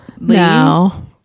no